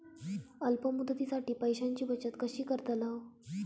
अल्प मुदतीसाठी पैशांची बचत कशी करतलव?